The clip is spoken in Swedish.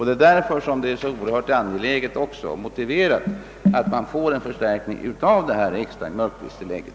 Det är därför som det är så väl motiverat att man får en förstärkning av det extra mjölkpristillägget.